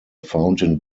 fountain